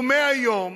ומהיום